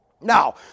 now